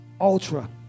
ultra